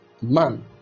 man